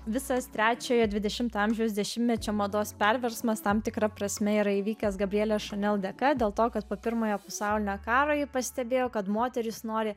visas trečiojo dvidešimto amžiaus dešimtmečio mados perversmas tam tikra prasme yra įvykęs gabrielės šanel dėka dėl to kad po pirmojo pasaulinio karo ji pastebėjo kad moterys nori